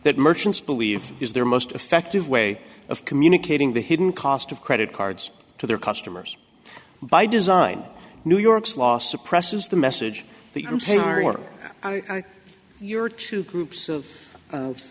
that merchants believe is their most effective way of communicating the hidden cost of credit cards to their customers by design new york's law suppresses the message that your two groups of